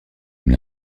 aime